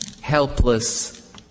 helpless